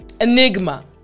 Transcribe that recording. enigma